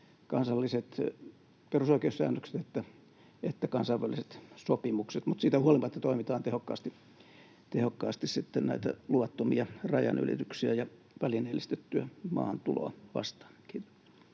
kansalliset perusoikeussäännökset että kansainväliset sopimukset, mutta siitä huolimatta toimitaan tehokkaasti sitten näitä luvattomia rajanylityksiä ja välineellistettyä maahantuloa vastaan. — Kiitos.